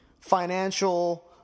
financial